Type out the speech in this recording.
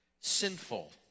sinful